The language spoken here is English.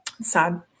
sad